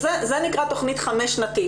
זה נקרא תכנית חמש-שנתית.